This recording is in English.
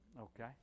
Okay